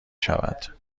شود